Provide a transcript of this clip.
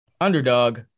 underdog